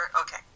okay